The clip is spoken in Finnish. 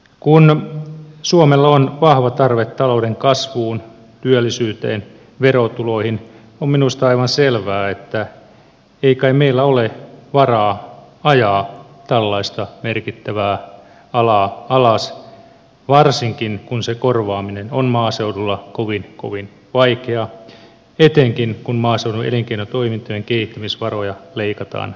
kun suomella on vahva tarve talouden kasvuun työllisyyteen verotuloihin on minusta aivan selvää että ei kai meillä ole varaa ajaa tällaista merkittävää alaa alas varsinkin kun sen korvaaminen on maaseudulla kovin kovin vaikeaa etenkin kun maaseudun elinkeinotoimintojen kehittämisvaroja leikataan koko ajan